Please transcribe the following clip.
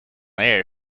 air